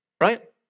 right